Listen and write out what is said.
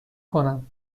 کنم